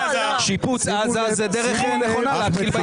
שיפוץ עזה זה דרך נכונה להתחיל ב